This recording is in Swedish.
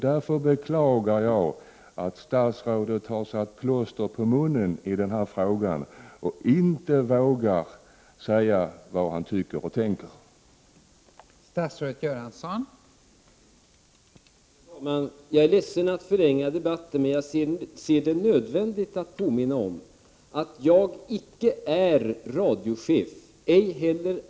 Därför beklagar jag att statsrådet har satt plåster på munnen och inte vågar säga vad han tycker och tänker i den här frågan.